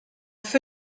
feu